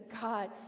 god